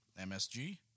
MSG